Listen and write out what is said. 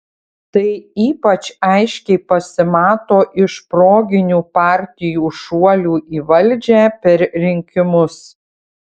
tai ypač aiškiai pasimato iš proginių partijų šuolių į valdžią per rinkimus